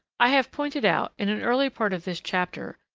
i have pointed out, in an earlier part of this chapter,